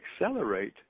accelerate